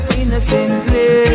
innocently